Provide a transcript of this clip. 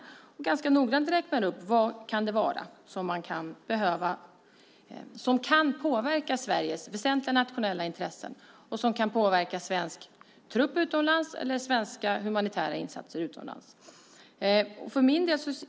Man räknar ganska noggrant upp vad det kan vara som kan påverka Sveriges väsentliga nationella intressen, svensk trupp utomlands eller svenska humanitära insatser utomlands.